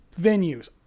venues